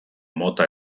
mota